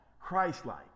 Christ-like